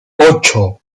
ocho